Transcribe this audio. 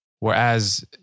Whereas